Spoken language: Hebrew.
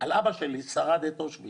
על של אבא שלי "שרד את אושוויץ".